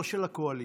לא של הקואליציה.